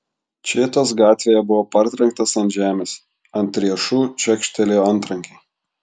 šėtos gatvėje buvo partrenktas ant žemės ant riešų čekštelėjo antrankiai